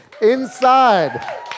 Inside